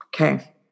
Okay